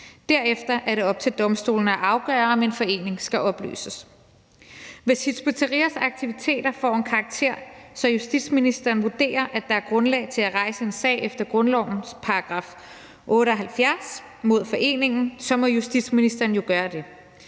Derefter er det op til domstolene at afgøre, om en forening skal opløses. Hvis Hizb ut-Tahrirs aktiviteter får en karakter, så justitsministeren vurderer, at der er grundlag for at rejse en sag efter grundlovens § 78 mod foreningen, må justitsministeren jo gøre det.